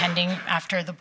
pending after the